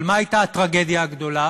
אבל מה הייתה הטרגדיה הגדולה,